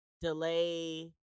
delay